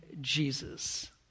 Jesus